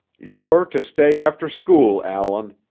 you're to stay after school, allan,